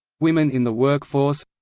women in the workforce